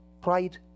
pride